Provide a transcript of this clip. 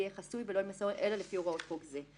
יהיה חסוי ולא יימסר אלא לפי הוראות חוק זה.